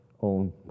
own